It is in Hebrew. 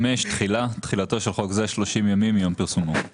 תחילה 5. תחילתו של חוק זה שלושים ימים מיום פרסומו.